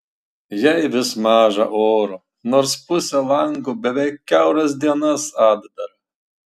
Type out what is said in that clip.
jai vis maža oro nors pusė lango beveik kiauras dienas atdara